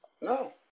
no